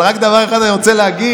אבל רק דבר אחד אני רוצה להגיד: